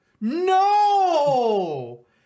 No